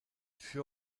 fut